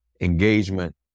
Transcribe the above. engagement